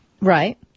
Right